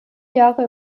jahre